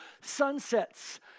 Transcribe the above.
sunsets